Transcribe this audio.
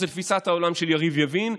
זו תפיסת העולם של יריב לוין,